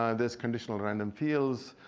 um there's conditional random fields.